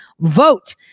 Vote